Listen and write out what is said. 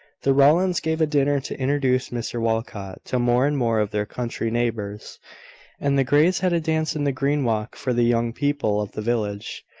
the rowlands gave a dinner to introduce mr walcot to more and more of their country neighbours and the greys had a dance in the green walk for the young people of the village.